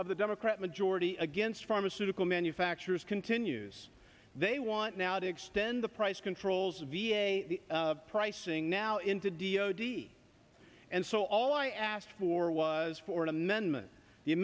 the democrat majority against pharmaceutical manufacturers continues they want now to extend the price controls v a pricing now into d o d and so all i asked for was for an amendment